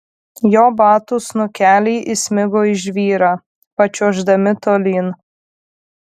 jo batų snukeliai įsmigo į žvyrą pačiuoždami tolyn